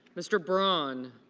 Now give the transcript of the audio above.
mr. braun.